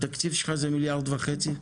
התקציב שלך זה מיליארד וחצי?